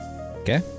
Okay